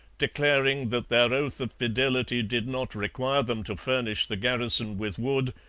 declaring that their oath of fidelity did not require them to furnish the garrison with wood,